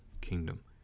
kingdom